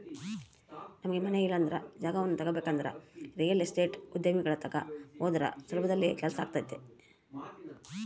ನಮಗೆ ಮನೆ ಇಲ್ಲಂದ್ರ ಜಾಗವನ್ನ ತಗಬೇಕಂದ್ರ ರಿಯಲ್ ಎಸ್ಟೇಟ್ ಉದ್ಯಮಿಗಳ ತಕ ಹೋದ್ರ ಸುಲಭದಲ್ಲಿ ಕೆಲ್ಸಾತತೆ